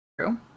True